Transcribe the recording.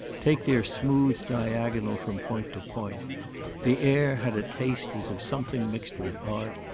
take their smooth diagonal from point to point the air had a taste as of something mixed with art,